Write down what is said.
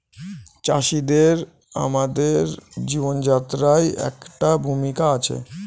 চাষিদের আমাদের জীবনযাত্রায় একটা ভূমিকা আছে